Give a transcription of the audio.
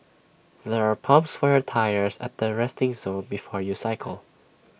there are pumps for your tyres at the resting zone before you cycle